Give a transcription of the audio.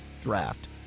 Draft